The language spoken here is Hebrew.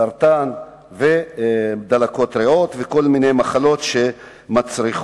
סרטן, דלקות ריאות וכל מיני מחלות שמצריכות